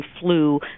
flu